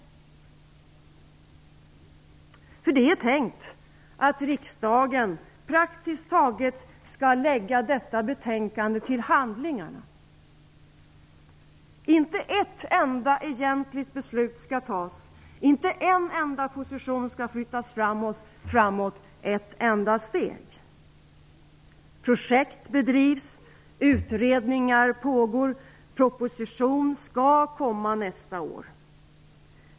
Det är nämligen tänkt att riksdagen praktiskt taget skall lägga detta betänkande till handlingarna. Inte ett enda egentligt beslut skall tas. Inte en enda position skall flyttas framåt ett enda steg. Projekt bedrivs, utredningar pågår och en proposition skall komma nästa år.